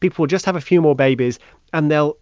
people will just have a few more babies and they'll